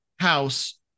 House